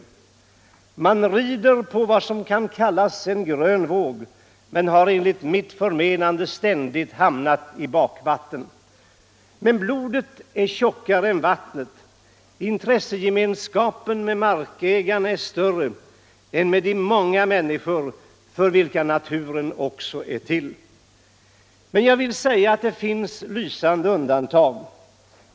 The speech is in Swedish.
Man rider på vad som kan kallas en grön våg men har enligt mitt förmenande ständigt hamnat i bakvatten. Blodet är tjockare än vatten. Intressegemenskapen med markägarna är större än med de många människor för vilka naturen också är till. Det finns emellertid lysande undantag.